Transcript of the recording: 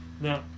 Now